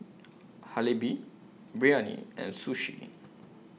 Biryani and Sushi